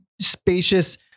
spacious